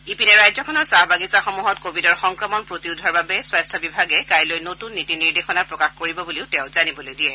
ইপিনে ৰাজ্যখনৰ চাহ বাগিচাসমূহত কোৱিডৰ সংক্ৰমণ প্ৰতিৰোধৰ বাবে স্বাস্থ্য বিভাগে কাইলৈ নতুন নীতি নিৰ্দেশনা প্ৰকাশ কৰিব বুলিও তেওঁ জানিবলৈ দিয়ে